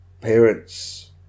parents